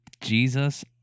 Jesus